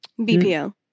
BPL